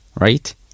right